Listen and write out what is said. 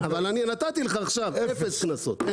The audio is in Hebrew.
אבל אני נתתי לך עכשיו, אפס קנסות.